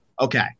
okay